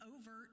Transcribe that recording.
overt